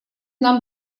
нам